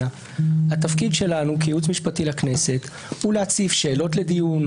התפקיד שלנו כייעוץ משפטי לכנסת הוא להציף שאלות לדיון,